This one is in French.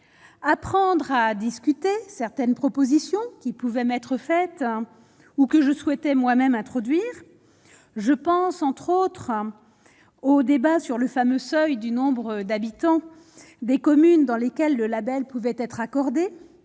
apprendre à discuter certaines propositions qui pouvait mettre faite ou que je souhaitais moi-même introduire je pense entre autres aux débats sur le fameux seuil du nombre d'habitants des communes dans lesquelles le Label pouvait être accordée,